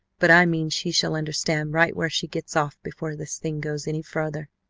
but i mean she shall understand right where she gets off before this thing goes any farther.